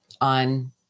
on